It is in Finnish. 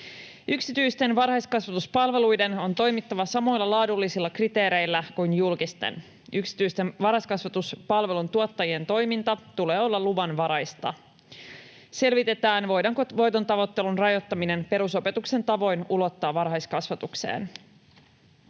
”Yksityisten varhaiskasvatuspalveluiden on toimittava samoilla laadullisilla kriteereillä kuin julkisten. Yksityisten varhaiskasvatuspalvelujen tuottajien toiminta tulee olla luvanvaraista. Selvitetään, voidaanko voitontavoittelun rajoittaminen perusopetuksen tavoin ulottaa varhaiskasvatukseen.”